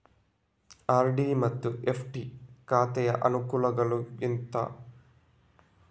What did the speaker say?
RD ಮತ್ತು FD ಖಾತೆಯ ಅನುಕೂಲಗಳು ಎಂತ?